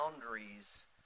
boundaries